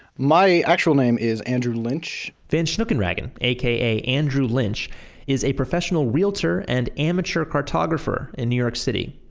my actual name is andrew lynch vanshnookenraggen aka andrew lynch is a professional realtor and amateur cartographer in new york city.